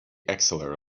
elixir